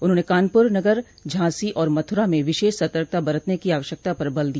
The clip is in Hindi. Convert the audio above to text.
उन्होंने कानपुर नगर झांसी और मथुरा में विशेष सतर्कता बरतने की आवश्यकता पर बल दिया